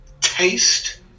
taste